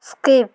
skip